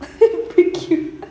freak you